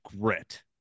grit